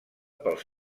pels